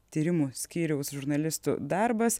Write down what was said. tyrimų skyriaus žurnalistų darbas